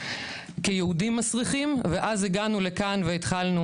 כ"יהודים מסריחים" ואז הגענו לכאן והתחלנו